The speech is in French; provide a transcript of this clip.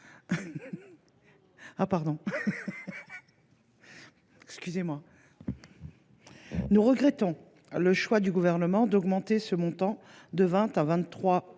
Nous regrettons le choix du Gouvernement d’augmenter ce montant de 20